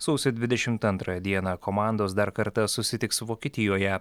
sausio dvidešimt antrą dieną komandos dar kartą susitiks vokietijoje